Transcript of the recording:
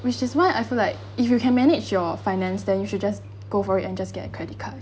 which is why I feel like if you can manage your finance then you should just go for it and just get a credit card